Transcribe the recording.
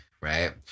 right